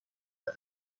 جرم